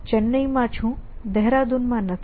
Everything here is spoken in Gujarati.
એક ડિફરેન્સ એ છે કે હું ચેન્નઈમાં છું દહેરાદૂનમાં નથી